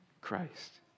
Christ